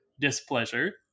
displeasure